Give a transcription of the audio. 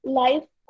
life